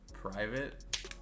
private